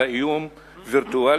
אלא איום וירטואלי,